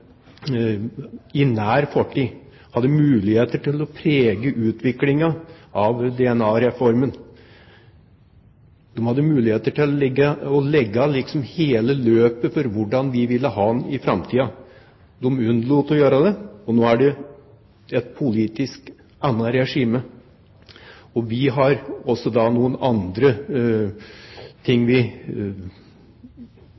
i nær fortid hadde muligheter til å prege utvikingen av DNA-reformen. De hadde muligheter til å legge hele løpet for hvordan vi ville ha den i framtiden. De unnlot å gjøre det. Nå er det et annet politisk regime, og vi har også da noen andre ting